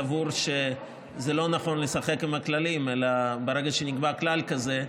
סבור שזה לא נכון לשחק עם הכללים אלא ברגע שנקבע כלל כזה,